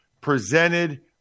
presented